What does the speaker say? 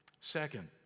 Second